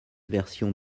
versions